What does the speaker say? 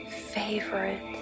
favorite